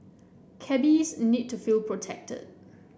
cabbies need to feel protected